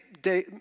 day